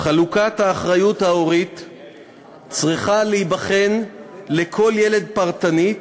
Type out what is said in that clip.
"חלוקת האחריות ההורית צריכה להיבחן לגבי כל ילד בצורה פרטנית,